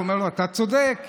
שומרים על שלטון החוק.